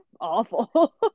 awful